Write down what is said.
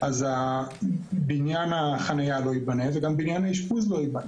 אז בניין החניה לא ייבנה וגם בניין האשפוז לא ייבנה.